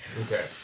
Okay